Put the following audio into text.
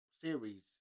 series